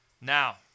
Now